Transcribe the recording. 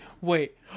Wait